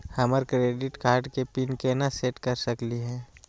हमर credit card के pin केना सेट कर सकली हे?